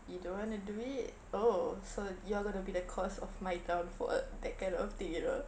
you don't want to do it oh so you are going to be the cause of my downfall that kind of thing you know